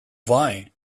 why